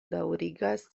daŭrigas